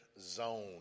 zone